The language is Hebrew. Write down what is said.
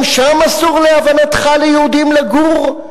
גם שם אסור, להבנתך, ליהודים לגור?